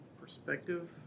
perspective